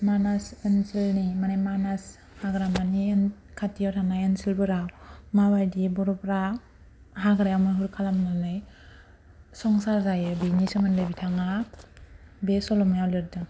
मानास ओनसोलनि मानि मानास हाग्रामानि खाथिआव थानाय ओनसोलफोरा मा बायदि बर'फोरा हाग्रायावबो माबा खालामो नालाय संसार जायो बेनि सोमोन्दै बिथाङा बे सल'मायाव लिरदों